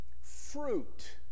fruit